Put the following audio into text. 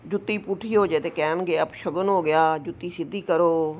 ਜੁੱਤੀ ਪੁੱਠੀ ਹੋ ਜਾਵੇ ਤਾਂ ਕਹਿਣਗੇ ਅਪਸ਼ਗਨ ਹੋ ਗਿਆ ਜੁੱਤੀ ਸਿੱਧੀ ਕਰੋ